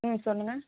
ம் சொல்லுங்கள்